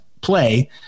play